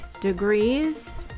degrees